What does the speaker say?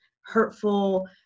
hurtful